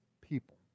people